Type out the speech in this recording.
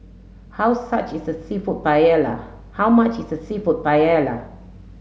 how such is a Seafood Paella how much is a Seafood Paella